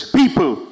people